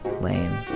Lame